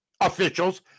officials